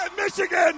Michigan